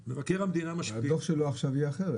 הדוח שלו עכשיו יהיה אחרת.